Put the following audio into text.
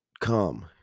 come